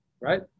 right